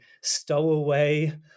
stowaway